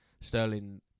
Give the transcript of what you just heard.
Sterling